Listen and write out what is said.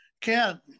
Ken